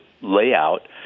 layout